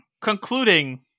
concluding